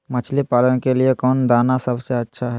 मछली पालन के लिए कौन दाना सबसे अच्छा है?